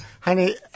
Honey